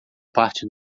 parte